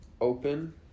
open